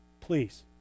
Please